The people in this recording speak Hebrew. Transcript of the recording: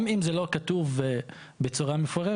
גם אם זה לא כתוב בצורה מפורשת,